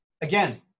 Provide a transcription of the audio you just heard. again